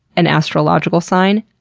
an astrological sign?